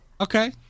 Okay